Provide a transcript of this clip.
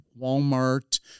Walmart